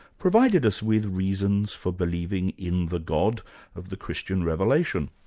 provided us with reasons for believing in the god of the christian revelation.